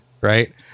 right